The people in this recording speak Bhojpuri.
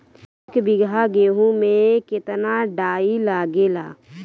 एक बीगहा गेहूं में केतना डाई लागेला?